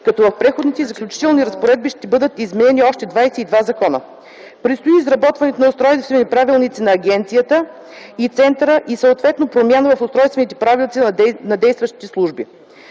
като в Преходните и заключителни разпоредби ще бъдат изменени още 22 закона. Предстои изработването на устройствени правилници на агенцията и центъра и съответно промяна в устройствените правилници на действащите служби.